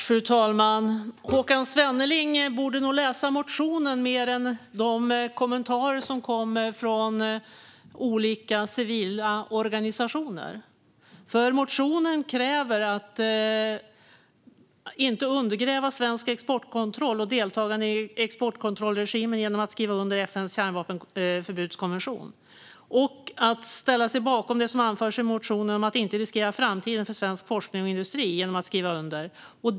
Fru talman! Håkan Svenneling borde nog läsa motionen snarare än de kommentarer som kom från olika civila organisationer. Motionen kräver nämligen att svensk exportkontroll och deltagande i exportkontrollregimen inte ska undergrävas genom att FN:s kärnvapenförbudskonvention skrivs under samt att man ställer sig bakom det som anförs i motionen när det gäller att inte riskera framtiden för svensk forskning och industri genom en underskrift.